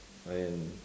and